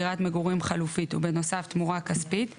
דירת מגורים חלופית ובנוסף תמורה כספית ,